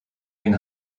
une